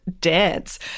dance